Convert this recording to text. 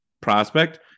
prospect